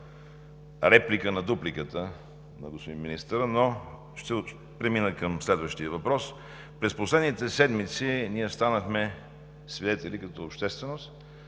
реплика на дупликата на господин министъра, а ще премина към следващия въпрос. През последните седмици станахме свидетели, като общественост,